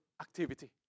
activity